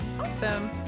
Awesome